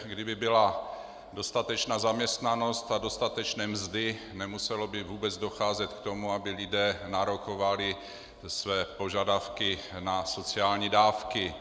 Kdyby byla dostatečná zaměstnanost a dostatečné mzdy, nemuselo by vůbec docházet k tomu, aby lidé nárokovali své požadavky na sociální dávky.